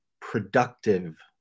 productive